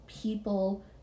people